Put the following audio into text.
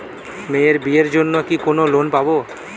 মেয়ের বিয়ের জন্য কি কোন লোন পাব?